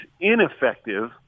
ineffective